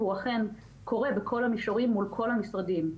והוא אכן קורה בכל המישורים מול כל המשרדים.